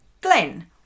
Glenn